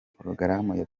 porogaramu